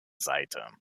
seite